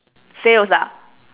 sales ah